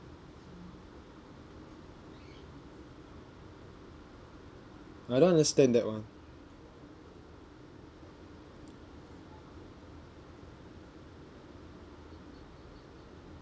I don't understand that [one]